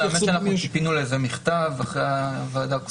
האמת שאנחנו ציפינו לאיזה מכתב אחרי הוועדה הקודמת.